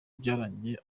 byarangiye